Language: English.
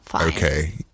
okay